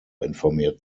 informiert